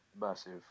massive